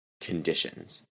conditions